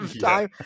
time